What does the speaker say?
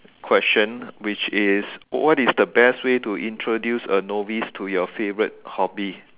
question which is what is the best way to introduce a novice to your favourite hobby